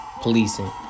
policing